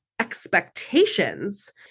expectations